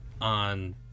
on